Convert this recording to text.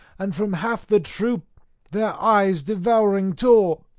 and from half the troop their eyes devouring tore.